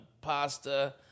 pasta